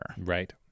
Right